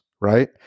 right